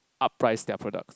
up price their products